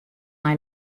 nei